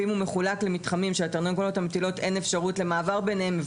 ואם הוא מחולק למתחמים שלתרנגולות המטילות אין אפשרות למעבר ביניהם,